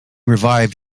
revived